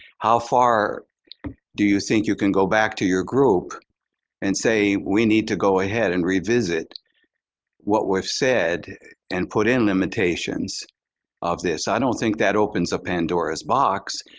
how far do you think you can go back to your group and say, we need to go ahead and revisit what we've said and put in limitations of this? i don't think that opens a pandora's box.